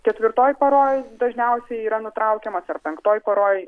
ketvirtoj paroj dažniausiai yra nutraukiamas ar penktoj paroj